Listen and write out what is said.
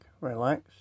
relax